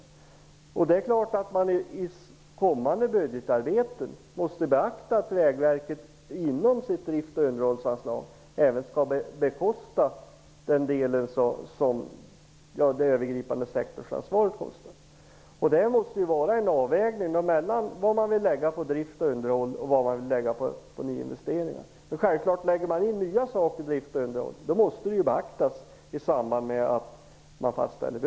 I kommande budgetarbete måste man självfallet beakta att Vägverket inom sitt drifts och underhållsanslag även skall bekosta det övergripande sektorsansvaret. Det måste vara en avvägning mellan vad man vill lägga på drift och underhåll, och vad man vill lägga på nyinvesteringar. Om man lägger in nya saker i drift och underhåll måste detta självfallet beaktas i samband med att budgeten fastställs.